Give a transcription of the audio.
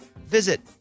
visit